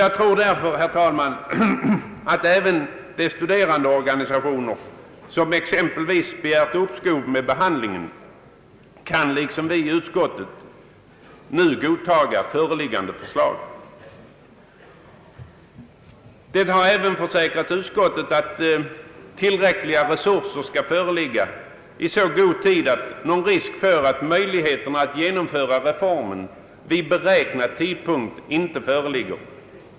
Jag hoppas därför, herr talman, att även de studerandeorganisationer som exempelvis begärt uppskov med behandlingen kan liksom vi i utskottet nu godta föreliggande förslag. Det har även försäkrats utskottet att tillräckliga resurser skall föreligga i så god tid att det inte är någon risk för att reformen inte kan genomföras vid beräknad tidpunkt.